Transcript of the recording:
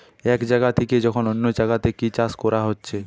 এক জাগা থিকে যখন অন্য জাগাতে কি চাষ কোরা হচ্ছে